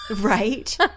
Right